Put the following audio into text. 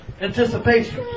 anticipation